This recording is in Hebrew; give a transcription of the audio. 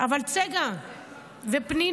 אבל צגה ופנינה,